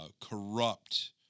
Corrupt